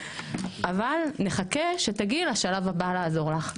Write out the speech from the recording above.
אבל נחכה שתגיעי לשלב הבא לעזור לך".